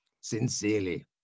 sincerely